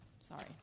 sorry